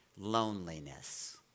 loneliness